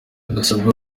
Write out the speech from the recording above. dusabwa